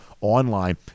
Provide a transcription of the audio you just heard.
Online